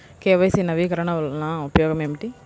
KYC నవీకరణ వలన ఉపయోగం ఏమిటీ?